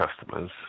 customers